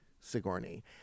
Sigourney